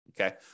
okay